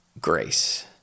grace